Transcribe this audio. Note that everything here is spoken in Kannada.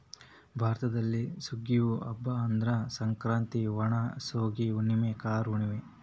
ಭಾರತದಲ್ಲಿ ಸುಗ್ಗಿಯ ಹಬ್ಬಾ ಅಂದ್ರ ಸಂಕ್ರಾಂತಿ, ಓಣಂ, ಸೇಗಿ ಹುಣ್ಣುಮೆ, ಕಾರ ಹುಣ್ಣುಮೆ